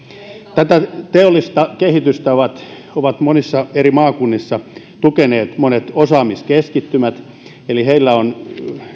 tätä teollista kehitystä ovat ovat monissa eri maakunnissa tukeneet monet osaamiskeskittymät eli heillä on